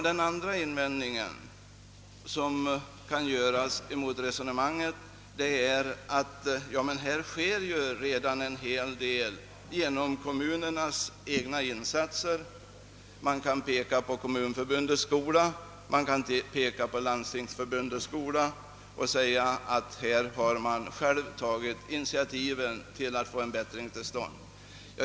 Den andra invändning, som kan göras mot vårt resonemang, är att det på detta område redan sker en hel del genom kommunernas egna insatser. Man kan peka på kommunförbundets skola och landstingsförbundets skola och säga, att kommunerna själva tagit initiativ för att få en förbättring till stånd.